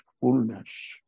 fullness